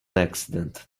accident